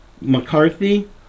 mccarthy